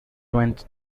went